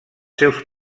seus